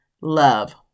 Love